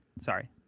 Sorry